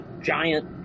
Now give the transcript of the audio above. giant